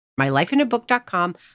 MyLifeInABook.com